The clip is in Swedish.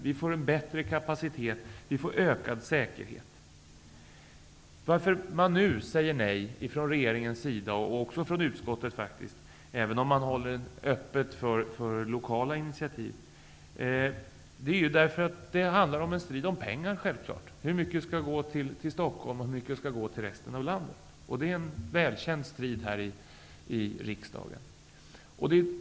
Vi får bättre kapacitet och ökad säkerhet. Anledningen till att man nu säger nej från regeringens och utskottets sida, även om man håller öppet för lokala initiativ, är att det är strid om pengar: Hur mycket skall gå till Stockholm, och hur mycket skall gå till resten av landet? Det är en väl känd strid här i riksdagen.